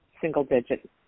single-digit